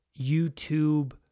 YouTube